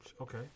Okay